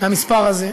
מהמספר הזה.